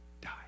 die